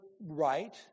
right